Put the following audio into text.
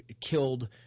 killed –